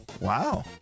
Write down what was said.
Wow